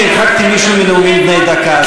שהרחקתי מישהו בנאומים בני דקה.